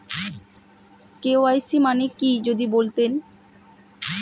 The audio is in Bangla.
কে.ওয়াই.সি মানে কি যদি বলতেন?